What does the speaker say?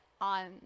on